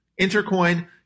Intercoin